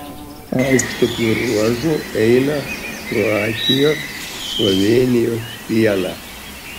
aukštupio ruožu eina kroatijos slovėnijos siena